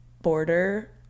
border